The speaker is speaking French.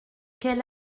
quel